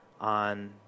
on